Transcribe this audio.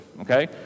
okay